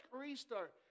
restart